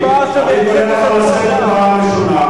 עוד מעט תהיה פה הצבעה, אני קורא